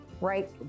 right